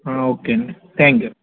okay అండి thank you